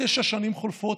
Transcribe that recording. עוד תשע שנים חולפות,